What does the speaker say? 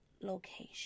location